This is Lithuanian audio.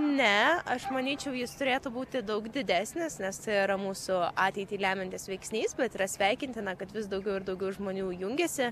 ne aš manyčiau jis turėtų būti daug didesnis nes tai yra mūsų ateitį lemiantis veiksnys bet yra sveikintina kad vis daugiau ir daugiau žmonių jungiasi